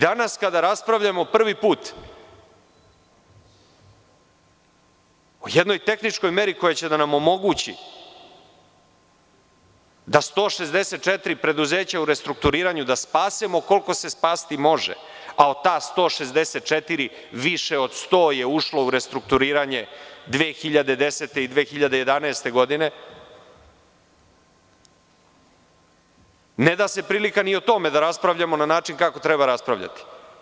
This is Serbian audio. Danas kada raspravljamo, prvi put, o jednoj tehničkoj meri koja će da nam omogući da 164 preduzeća u restrukturiranju spasemo koliko se spasti može, a od ta 164 više od 100 je ušlo u restrukturiranje 2010. i 2011. godine, ne da se prilika ni o tome da raspravljamo na način kako treba raspravljati.